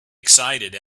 excited